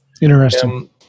Interesting